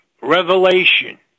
revelation